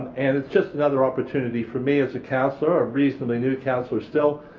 and it's just another opportunity for me as a councillor, a reasonably new councillor still,